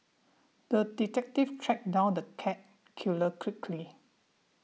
the detective tracked down the cat killer quickly